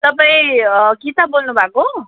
तपाईँ गीता बोल्नुभएको हो